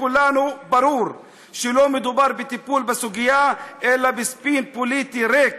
לכולנו ברור שלא מדובר בטיפול בסוגיה אלא בספין פוליטי ריק,